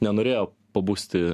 nenorėjo pabusti